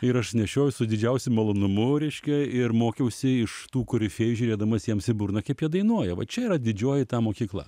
ir aš nešiojau su didžiausiu malonumu reiškia ir mokiausi iš tų korifėjų žiūrėdamas jiems į burną kaip jie dainuoja va čia yra didžioji ta mokykla